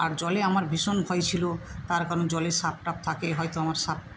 আর জলে আমার ভীষণ ভয় ছিল তার কারণ জলে সাপ টাপ থাকে হয়তো আমার সাপ